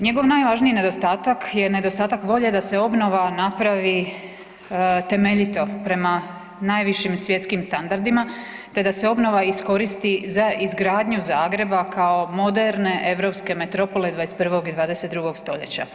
Njegov najvažniji nedostatak je nedostatak volje da se obnova napravi temeljito prema najvišim svjetskim standardima, te da se obnova iskoristi za izgradnju Zagreba kao moderne europske metropole 21. i 22. stoljeća.